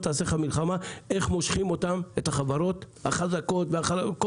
תעשה לך מלחמה" איך מושכים את החברות ואת כל